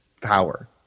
power